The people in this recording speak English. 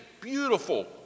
beautiful